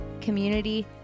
community